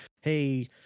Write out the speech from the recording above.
hey